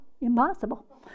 impossible